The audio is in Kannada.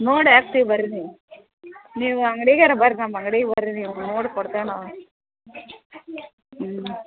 ನೋಡಿ ಹಾಕ್ತೀವ್ ಬನ್ರಿ ನೀವು ನೀವು ಅಂಗ್ಡಿಗಾರು ಬರ್ರಿ ನಮ್ಮ ಅಂಗ್ಡಿಗೆ ಬರ್ರಿ ನೀವು ನೋಡಿ ಕೊಡ್ತೇವೆ ನಾವು ಹ್ಞೂ